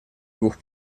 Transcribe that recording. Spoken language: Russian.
двух